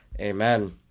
Amen